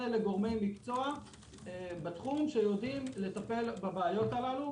לגורמי מקצוע בתחום שיודעים לטפל בבעיות הללו,